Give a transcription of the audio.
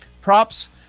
Props